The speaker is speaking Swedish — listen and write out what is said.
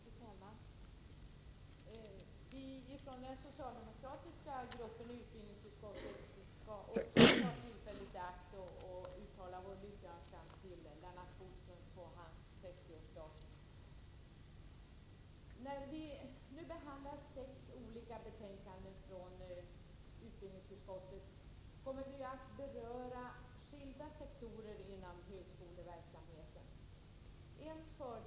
Fru talman! Vi i den socialdemokratiska gruppen i utbildningsutskottet vill också ta tillfället i akt och uttala vår lyckönskan till Lennart Bodström på hans 60-årsdag. När vi nu behandlar sex olika betänkanden från utbildningsutskottet kommer vi att beröra skilda sektorer inom högskoleverksamheten. En fördel som vi ledamöter har i debatten när vi skall greppa så många frågor som här är de utmärkta betänkanden som våra föredragande presterar åt oss.